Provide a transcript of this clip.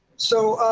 so